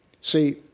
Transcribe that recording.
See